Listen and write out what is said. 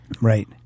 right